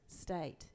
state